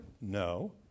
No